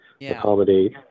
accommodate